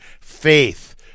faith